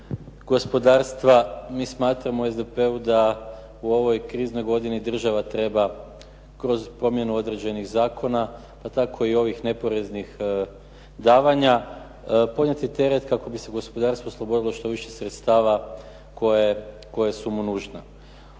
gospodarstva, mi smatramo u SDP-u da u ovoj kriznoj godini država treba kroz promjenu određenih zakona pa tako i ovih neporeznih davanja podnijeti teret kako bi se gospodarstvo oslobodilo što više sredstava koja su mu nužna.